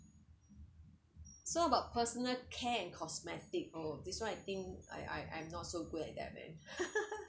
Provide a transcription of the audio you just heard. so about personal care and cosmetic oh this one I think I I am not so good that man